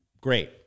Great